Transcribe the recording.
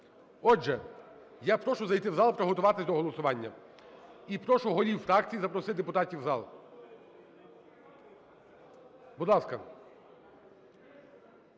Отже, я прошу зайти в зал і приготуватись до голосування. І прошу голів фракцій запросити депутатів в зал. Будь ласка.